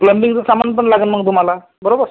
प्लंबिंगचं सामान पण लागेल मग तुम्हाला बरोबर